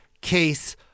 case